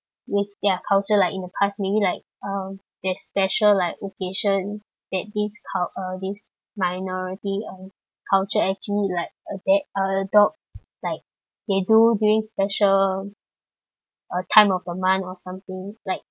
with their culture like in the past maybe like um their special like occasion that this cul~ this minority um culture actually like adapt uh adopt they like they do during special uh time of the month or something like